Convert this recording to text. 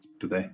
today